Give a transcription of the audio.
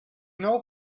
know